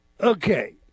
Okay